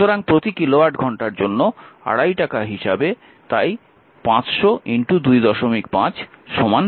সুতরাং প্রতি কিলোওয়াট ঘন্টার জন্য 25 টাকা হিসাবে তাই 500 25 1250 টাকা